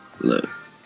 look